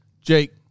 Jake